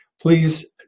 Please